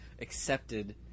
accepted